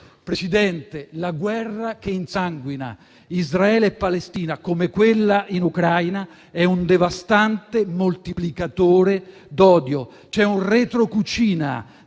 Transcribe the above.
Presidente, la guerra che insanguina Israele e Palestina, come quella in Ucraina, è un devastante moltiplicatore d'odio. C'è un retrocucina